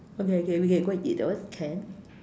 okay okay we can go and eat that one also can